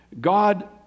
God